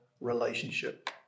relationship